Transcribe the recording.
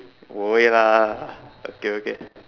go away lah okay okay